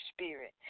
spirit